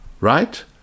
Right